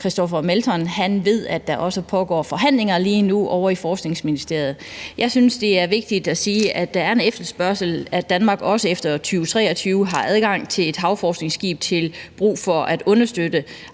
Christoffer Aagaard Melson ved, at der også pågår forhandlinger lige nu ovre i Forskningsministeriet. Jeg synes, det er vigtigt at sige, at der er en efterspørgsel efter, at Danmark også efter 2023 har adgang til et havforskningsskib til brug for at understøtte